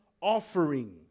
offering